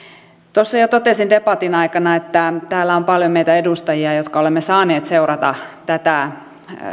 tuossa jo totesin debatin aikana että täällä on paljon meitä edustajia jotka olemme saaneet seurata tätä